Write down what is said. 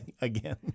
Again